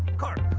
car!